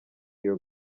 iyo